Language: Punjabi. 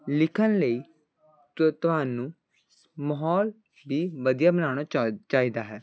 ਲਿਖਣ ਲਈ ਕਿ ਥੋਹ ਤੁਹਾਨੂੰ ਮਾਹੌਲ ਵੀ ਵਧੀਆਂ ਬਣਾਉਣਾ ਚਾ ਚਾਹੀਦਾ ਹੈ